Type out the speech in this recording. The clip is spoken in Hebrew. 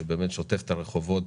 שבאמת שוטף את הרחובות,